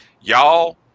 Y'all